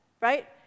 right